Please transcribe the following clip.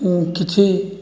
ଉଁ କିଛି